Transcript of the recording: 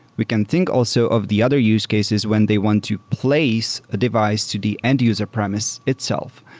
we can think also of the other use cases when they want to place a device to the end user premise itself.